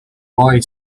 boy